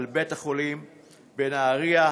על בית-החולים בנהריה,